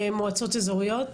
מועצות אזוריות?